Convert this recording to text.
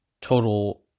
total